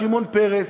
שמעון פרס,